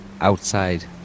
outside